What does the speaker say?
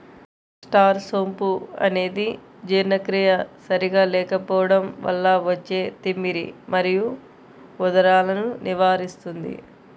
star సోంపు అనేది జీర్ణక్రియ సరిగా లేకపోవడం వల్ల వచ్చే తిమ్మిరి మరియు ఉదరాలను నివారిస్తుంది